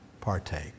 partake